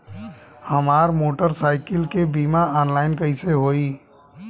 हमार मोटर साईकीलके बीमा ऑनलाइन कैसे होई?